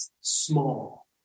small